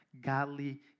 godly